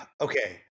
Okay